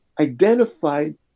identified